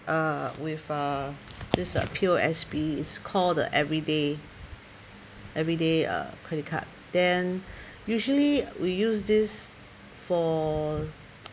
uh with uh this uh P_O_S_B is called the everyday everyday uh credit card then usually we use this for